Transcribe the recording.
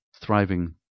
thriving